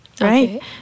right